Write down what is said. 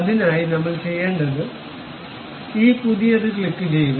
അതിനായി നമ്മൾ ചെയ്യേണ്ടത് ഈ പുതിയത് ക്ലിക്കുചെയ്യുക